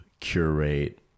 curate